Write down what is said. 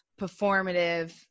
performative